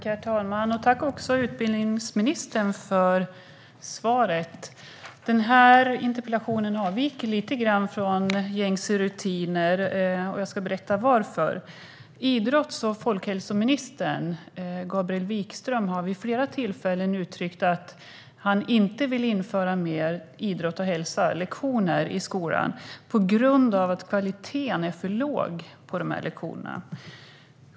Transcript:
Herr talman! Jag tackar utbildningsministern för svaret. Den här interpellationen avviker lite grann från gängse rutiner, och jag ska berätta varför. Idrotts och folkhälsominister Gabriel Wikström har vid flera tillfällen uttryckt att han inte vill införa fler lektioner i idrott och hälsa i skolan på grund av att kvaliteten på lektionerna är för låg.